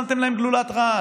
שמתם להם גלולת רעל